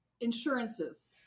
insurances